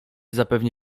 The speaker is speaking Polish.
zapewne